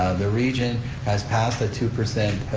the region has passed a two percent